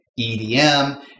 EDM